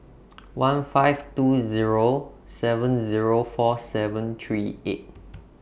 one five two Zero seven Zero four seven three eight